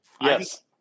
Yes